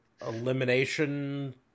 Elimination